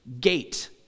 gate